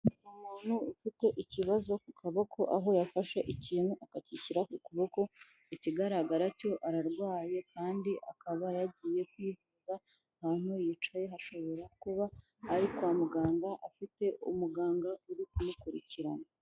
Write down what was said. Umuntu ufite ikibazo ku kaboko aho yafashe ikintu akagishyira ku kuboko, ikigaragara cyo ararwaye kandi akaba yagiye kwivuza, ahantu yicaye hashobora kuba ari kwa muganga afite umuganga uri kumukurikirana.